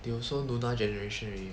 they also generation already